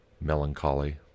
melancholy